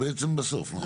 גם?